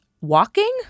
walking